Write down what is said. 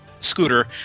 scooter